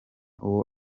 uwo